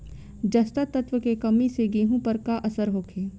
जस्ता तत्व के कमी से गेंहू पर का असर होखे?